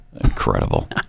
Incredible